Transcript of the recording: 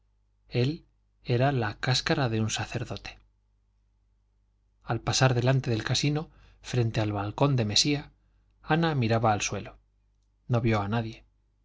él era la cáscara de un sacerdote al pasar delante del casino frente al balcón de mesía ana miraba al suelo no vio a nadie